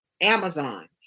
Amazon